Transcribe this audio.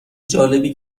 جالبی